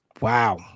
Wow